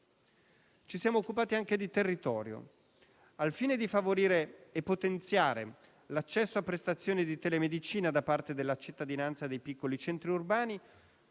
Ci siamo occupati anche di territorio. Al fine di favorire e potenziare l'accesso a prestazioni di telemedicina da parte della cittadinanza dei piccoli centri urbani,